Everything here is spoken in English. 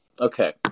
okay